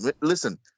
listen